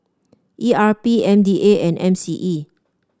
E R P M D A and M C E